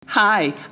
Hi